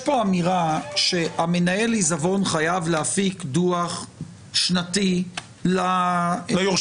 אמירה שמנהל העיזבון חייב להפיק דו"ח שנתי ליורשים,